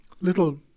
little